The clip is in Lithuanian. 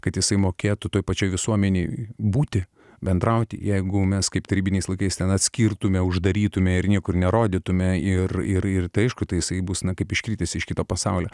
kad jisai mokėtų toje pačioje visuomenėje būti bendrauti jeigu mes kaip tarybiniais laikais ten atskirtume uždarytumėme ir niekur nerodytumėme ir ir ir tai aišku tai jisai bus na kaip iškritęs iš kito pasaulio